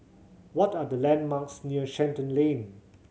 what are the landmarks near Shenton Lane